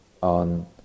on